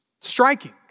Striking